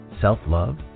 self-love